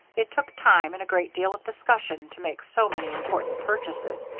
it took time and a great deal of discussion to make so many important purchases,